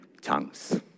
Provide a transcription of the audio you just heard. tongues